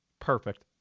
Perfect